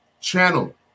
channel